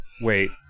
Wait